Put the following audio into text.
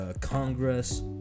Congress